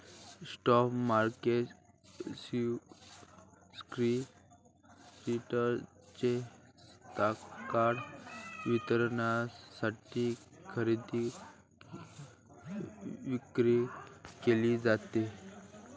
spot market सिक्युरिटीजची तत्काळ वितरणासाठी खरेदी विक्री केली जाते